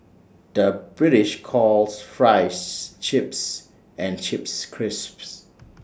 the British calls Fries Chips and Chips Crisps